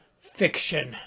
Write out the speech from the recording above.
fiction